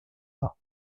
pas